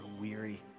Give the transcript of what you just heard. weary